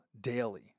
daily